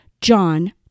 John